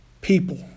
people